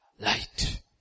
light